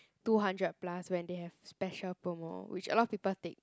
two hundred plus when they have special promo which a lot of people take